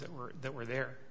that were that were there